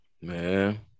Man